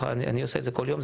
אני עושה את זה כל יום,